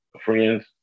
friends